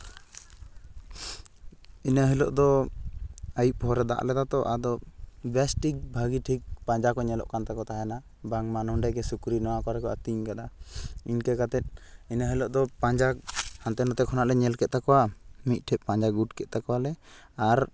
ᱤᱱᱟᱹ ᱦᱤᱞᱳᱜ ᱫᱚ ᱟᱹᱭᱩᱵ ᱯᱚᱦᱚᱨᱮᱭ ᱫᱟᱜ ᱞᱮᱫᱟ ᱟᱫᱚ ᱵᱮᱥ ᱴᱷᱤᱠ ᱵᱷᱟᱜᱮ ᱴᱷᱤᱠ ᱯᱟᱸᱡᱟ ᱠᱚ ᱧᱮᱞᱚᱜ ᱛᱟᱠᱚ ᱛᱟᱦᱮᱱᱟ ᱵᱟᱝ ᱢᱟ ᱱᱚᱸᱰᱮ ᱜᱮ ᱥᱩᱠᱨᱤ ᱱᱚᱣᱟ ᱠᱚᱨᱮ ᱜᱮᱠᱚ ᱟᱹᱛᱤᱧ ᱠᱟᱫᱟ ᱤᱱᱠᱟᱹ ᱠᱟᱛᱮᱫ ᱤᱱᱟᱹ ᱦᱤᱞᱳᱜ ᱫᱚ ᱯᱟᱸᱡᱟ ᱦᱟᱱᱛᱮ ᱱᱟᱛᱮ ᱠᱷᱚᱱᱟᱜ ᱞᱮ ᱧᱮᱞ ᱠᱮᱫ ᱛᱟᱠᱚᱣᱟ ᱢᱤᱫ ᱴᱷᱮᱱ ᱯᱟᱸᱡᱟ ᱜᱩᱴ ᱠᱮᱫ ᱛᱟᱠᱚᱣᱟᱞᱮ ᱟᱨ